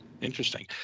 Interesting